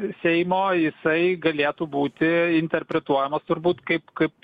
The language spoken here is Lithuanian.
seimo jisai galėtų būti interpretuojamas turbūt kaip kaip